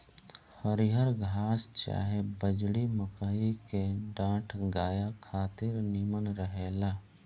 हरिहर घास चाहे बजड़ी, मकई के डांठ गाया खातिर निमन रहेला